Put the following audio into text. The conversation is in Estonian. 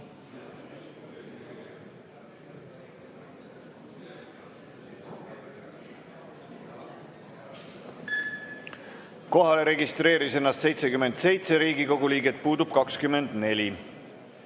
Kohalolijaks registreeris ennast 77 Riigikogu liiget, puudub 24.